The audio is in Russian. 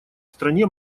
стране